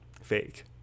Fake